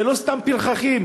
זה לא סתם פרחחים,